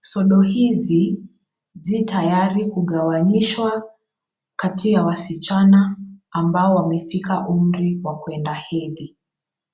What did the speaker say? Sodo hizi zii tayari kugawanyishwa kati ya wasichana ambao wamefika umri wa kuenda hedhi.